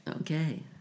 Okay